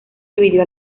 dividió